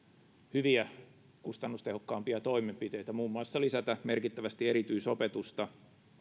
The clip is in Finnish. hyviä kustannustehokkaampia toimenpiteitä muun muassa lisätä merkittävästi erityisopetusta